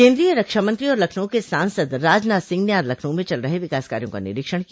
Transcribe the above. केन्द्रीय रक्षामंत्री और लखनऊ के सांसद राजनाथ सिंह ने आज लखनऊ में चल रहे विकास कार्यो का निरीक्षण किया